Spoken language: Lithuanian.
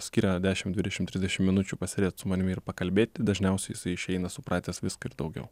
skiria dešim dvidešim trisdešim minučių pasėdėt su manimi ir pakalbėti dažniausiai jisai išeina supratęs viską ir daugiau